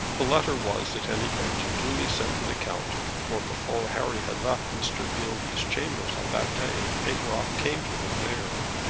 the letter was at any rate duly sent to the count, for before harry had left mr. beilby's chambers on that day, pateroff came to him there.